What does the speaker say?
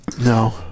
No